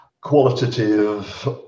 qualitative